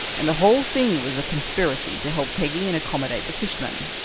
and the whole thing was a conspiracy to help peggy and accommodate the fishermen.